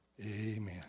amen